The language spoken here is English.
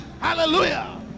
Hallelujah